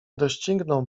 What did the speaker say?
dościgną